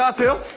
ah to